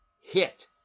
hit